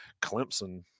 Clemson